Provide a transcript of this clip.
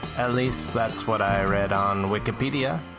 at least, that's what i read on wikipedia.